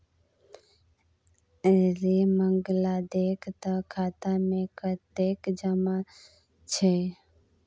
रे मंगला देख तँ खाता मे कतेक जमा छै